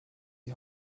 die